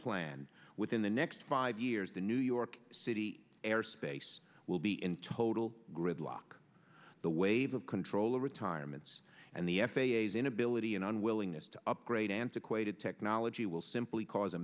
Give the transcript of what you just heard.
plan within the next five years the new york city airspace will be in total gridlock the wave of controller retirements and the f a a is inability and unwillingness to upgrade antiquated technology will simply cause a